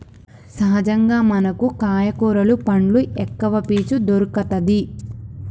సహజంగా మనకు కాయ కూరలు పండ్లు ఎక్కవ పీచు దొరుకతది